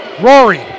Rory